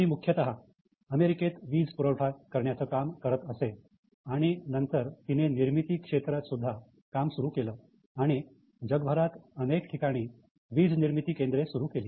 ती मुख्यतः अमेरिकेत वीज पुरवठा करण्याचं काम करत असे आणि नंतर तिने निर्मिती क्षेत्रात सुद्धा काम सुरू केलं आणि जगभरात अनेक ठिकाणी वीज निर्मिती केंद्र सुरू केले